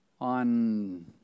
On